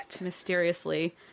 Mysteriously